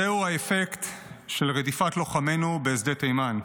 זהו האפקט של רדיפת לוחמינו בשדה תימן.